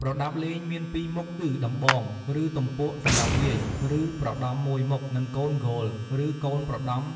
ប្រដាប់លេង មាន២មុខគឺ ដំបង ឬ ទំពក់សម្រាប់វាយ ឬប្រដំមួយមុខ និងកូលគោល ឬកូនប្រដំ ១